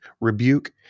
rebuke